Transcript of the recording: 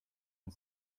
and